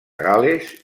gal·les